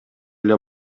эле